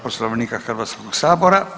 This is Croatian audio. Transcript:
Poslovnika Hrvatskog sabora.